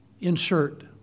insert